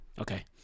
okay